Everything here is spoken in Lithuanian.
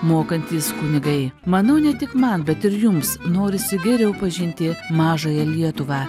mokantys kunigai manau ne tik man bet ir jums norisi geriau pažinti mažąją lietuvą